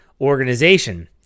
organization